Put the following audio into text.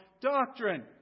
doctrine